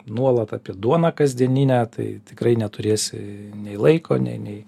nuolat apie duoną kasdieninę tai tikrai neturėsi nei laiko nei nei